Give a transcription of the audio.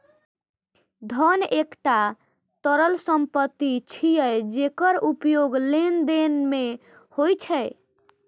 धन एकटा तरल संपत्ति छियै, जेकर उपयोग लेनदेन मे होइ छै